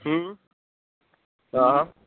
हूं हा